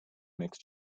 makes